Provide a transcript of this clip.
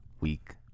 week